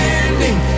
ending